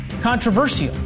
controversial